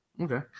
Okay